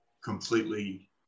completely